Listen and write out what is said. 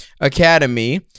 Academy